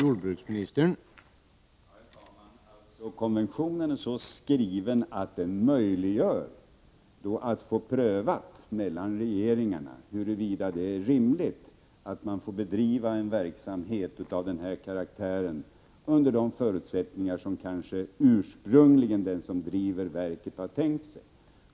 Herr talman! Konventionen är så skriven att den möjliggör att få prövat mellan regeringarna huruvida det är rimligt att verket får bedriva en verksamhet av den här karaktären under de förutsättningar som den som driver verket ursprungligen hade tänkt sig.